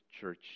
church